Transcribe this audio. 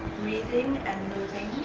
breathing and